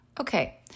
Okay